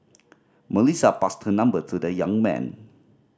Melissa passed her number to the young man